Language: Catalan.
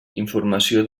informació